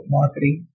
marketing